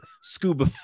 scuba